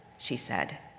she said.